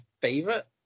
favorite